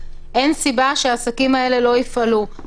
אין סיבה שהעסקים האלה לא יפעלו.